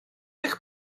eich